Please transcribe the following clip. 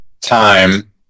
time